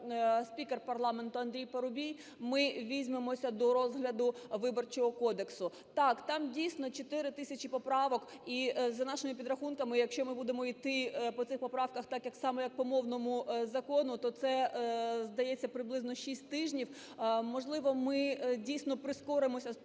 спікер парламенту Андрій Парубій, ми візьмемося до розгляду Виборчого кодексу. Так, там дійсно 4 тисячі поправок, і, за нашими підрахунками, якщо ми будемо йти по цих поправках так само, як по мовному закону, то це, здається, приблизно 6 тижнів. Можливо, ми дійсно прискоримося,